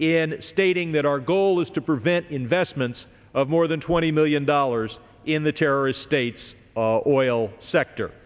in stating that our goal is to prevent investments of more than twenty million dollars in the terrorist states of oil sector